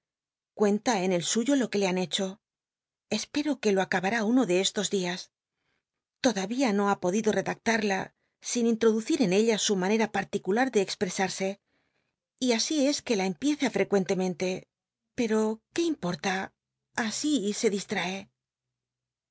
cuenta en el snyo lo que le han hecho l spcro uc lo acahar i uno de estos dias todavía no ha podido redactarla sin introducir en ella su manera llajticuhw de expresarse y asi es que la empieza frecuentemente pero qué importa así se disllar